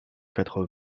quatre